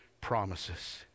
promises